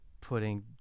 putting